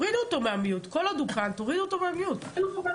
גבירתי,